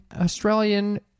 Australian